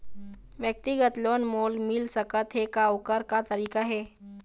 व्यक्तिगत लोन मोल मिल सकत हे का, ओकर का तरीका हे?